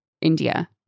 India